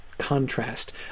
contrast